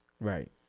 Right